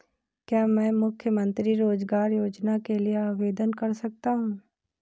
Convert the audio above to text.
क्या मैं मुख्यमंत्री रोज़गार योजना के लिए आवेदन कर सकता हूँ?